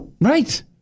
Right